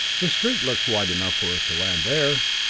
the street looks wide enough for us to land there.